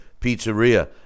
Pizzeria